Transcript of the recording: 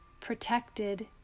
protected